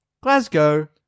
glasgow